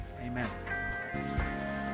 amen